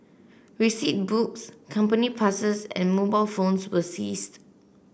receipt books company passes and mobile phones were seized